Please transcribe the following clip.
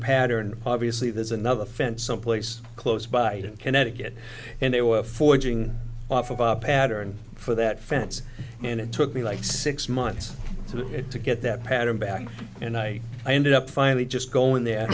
pattern obviously there's another fence someplace close by in connecticut and they were forging off up pattern for that fence and it took me like six months to do it to get that pattern back and i ended up finally just going there